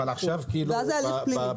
ואז זה הליך פלילי.